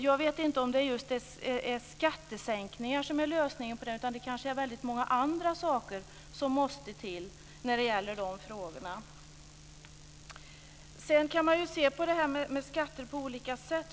Jag vet inte om det är just skattesänkningar som är lösningen på problemet, utan det kanske är väldigt mycket annat som måste till. Sedan kan man se på detta med skatter på olika sätt.